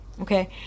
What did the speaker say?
okay